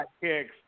kicks